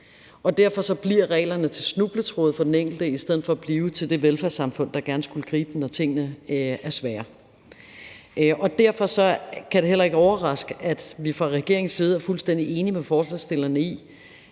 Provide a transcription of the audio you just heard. Derfor bliver reglerne til snubletråde for den enkelte i stedet for at blive til det velfærdssamfund, der gerne skulle gribe dem, når tingene er svære. Derfor kan det heller ikke overraske, at vi fra regeringens side er fuldstændig enige med forslagsstillerne i,